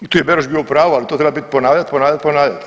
I tu je Beroš bio u pravu ali to treba bit ponavljat, ponavljat, ponavljat.